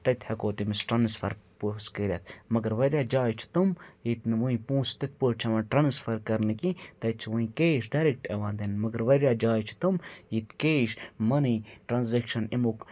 تَتہِ ہٮ۪کو تٔمِس ٹرانسفر پونٛسہٕ کٔرِتھ مگر واریاہ جاے چھِ تِم ییٚتہِ نہٕ وٕنۍ پونٛسہٕ تِتھ پٲٹھۍ چھِ یِوان ٹرانسفر کَرنہٕ کینٛہہ تَتہِ چھِ وٕنۍ کیش ڈایریکٹ یِوان دِنہٕ مگر واریاہ جاے چھِ تم ییٚتہِ کیش مٔنی ٹرانزیکشَن اَمیُک